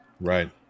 right